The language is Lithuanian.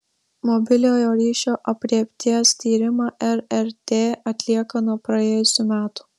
mobiliojo ryšio aprėpties tyrimą rrt atlieka nuo praėjusių metų